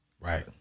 Right